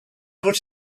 put